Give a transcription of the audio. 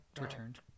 returned